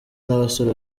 n’abasore